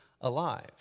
alive